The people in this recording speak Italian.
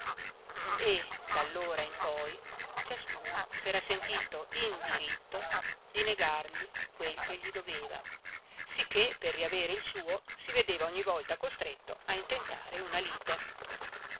compaesani e d'allora in poi ciascuno s'era sentito in diritto di negargli quel che gli doveva sicché per riavere il suo si vedeva ogni volta costretto a intentare una lite